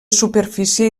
superfície